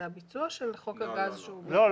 זה הביצוע שבחוק הגז --- לא,